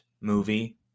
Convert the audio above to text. movie